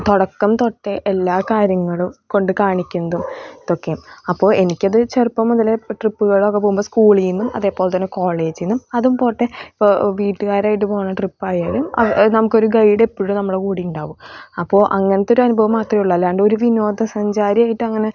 തുടക്കം തൊട്ടേ എല്ലാ കാര്യങ്ങളും കൊണ്ട് കാണിക്കുന്നതും ഇതൊക്കെയും അപ്പോൾ എനിക്കത് ചെറുപ്പം മുതലേ ട്രിപ്പുകളൊക്കെ പോകുമ്പോൾ സ്കൂളീന്നും അതേപോലെ കോളേജിന്നും അതും പോട്ടെ ഇപ്പോൾ വീട്ടുകാരായിട്ടും പോകുന്ന ട്രിപ്പായാലും നമുക്കൊരു ഗൈഡ് എപ്പോഴും നമ്മുടെ കൂടെ ഉണ്ടാകും അപ്പോൾ അങ്ങനത്തെ ഒരു അനുഭവം മാത്രമേ ഉള്ളൂ അല്ലാണ്ട് ഒരു വിനോദസഞ്ചാരി ആയിട്ട് അങ്ങനെ